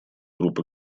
групп